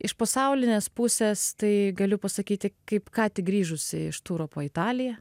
iš pasaulinės pusės tai galiu pasakyti kaip ką tik grįžusi iš turo po italiją